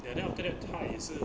ya then after that 他也是